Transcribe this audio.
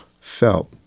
felt